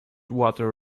water